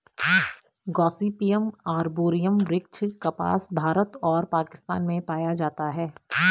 Gossypium arboreum वृक्ष कपास, भारत और पाकिस्तान में पाया जाता है